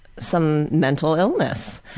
some mental illness.